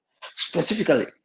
specifically